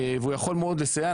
והוא יכול מאוד לסייע.